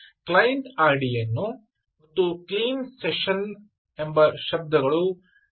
ಆದ್ದರಿಂದ ಕ್ಲೈಂಟ್ ಐಡಿಯನ್ನು ಮತ್ತು ಕ್ಲೀನ್ ಸೆಷನ್ ಎಂಬ ಶಬ್ದಗಳು ಬಳಕೆಗೆ ಬರುತ್ತವೆ